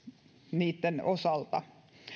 niitten osalta